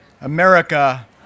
America